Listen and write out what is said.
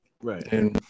Right